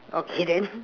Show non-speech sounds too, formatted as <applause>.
okay then <noise>